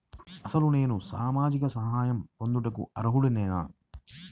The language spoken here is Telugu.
అసలు నేను సామాజిక సహాయం పొందుటకు అర్హుడనేన?